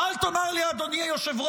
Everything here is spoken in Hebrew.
ואל תאמר לי, אדוני היושב-ראש,